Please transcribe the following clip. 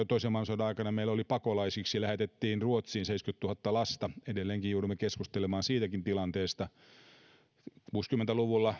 toisen maailmansodan aikana meiltä lähetettiin pakolaisiksi ruotsiin seitsemänkymmentätuhatta lasta edelleenkin joudumme keskustelemaan siitäkin tilanteesta kuusikymmentä luvulla